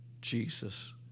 jesus